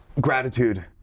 Gratitude